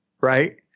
right